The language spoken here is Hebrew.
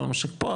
ולא ממשיך פה,